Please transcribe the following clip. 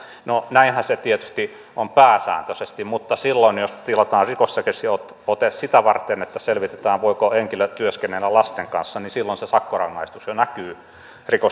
no näinhän se tietysti on pääsääntöisesti mutta silloin jos tilataan rikosrekisteriote sitä varten että selvitetään voiko henkilö työskennellä lasten kanssa niin se sakkorangaistus jo näkyy rikosrekisteriotteessa